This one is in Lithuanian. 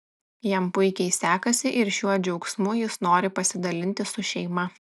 jam puikiai sekasi ir šiuo džiaugsmu jis nori pasidalinti su šeima